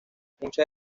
muchas